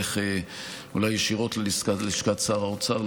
אולי ישירות ללשכת שר האוצר,